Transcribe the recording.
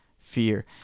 fear